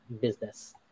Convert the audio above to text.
business